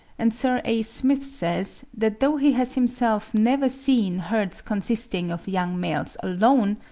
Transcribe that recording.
and sir a. smith says, that though he has himself never seen herds consisting of young males alone,